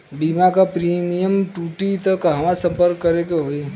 बीमा क प्रीमियम टूटी त कहवा सम्पर्क करें के होई?